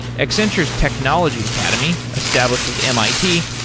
accenture's technology academy, established with mit,